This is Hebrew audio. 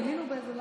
בילינו באיזה לילה,